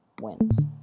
wins